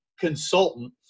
consultant